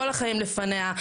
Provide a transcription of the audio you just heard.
כל החיים לפניה,